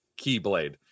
Keyblade